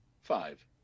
five